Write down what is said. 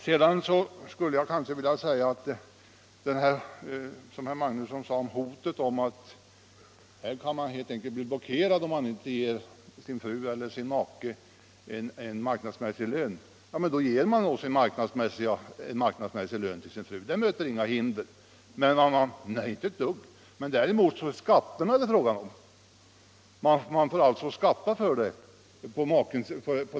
Herr Magnusson i Borås sade vidare att det finns ett hot om att man blir blockerad ifall man inte ger sin fru eller sin make en marknadsmässig lön. Ja, men då ger man en marknadsmässig lön exempelvis till sin fru. Det möter inget hinder — inte ett dugg. Men däremot är det fråga om skatterna.